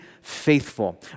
faithful